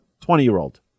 twenty-year-old